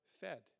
fed